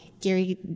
Gary